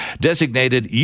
designated